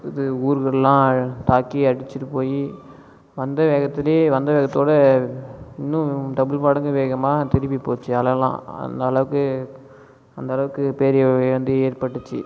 இது ஊரெலாம் தாக்கி அடிச்சுட்டு போயி வந்த வேகத்திலையே வந்த வேகத்தோடு இன்னும் டபுள் மடங்கு வேகமாக திரும்பி போச்சு அலையெலாம் அந்த அளவுக்கு அந்த அளவுக்கு பேரழிவு வந்து ஏற்பட்டுச்சு